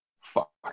fuck